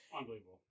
Unbelievable